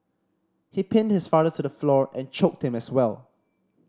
he pinned his father to the floor and choked him as well